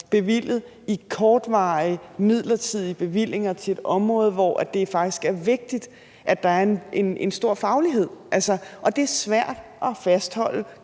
bevilget i kortvarige midlertidige bevillinger til et område, hvor det faktisk er vigtigt at der er en stor faglighed. Og det er svært at fastholde